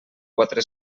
quatre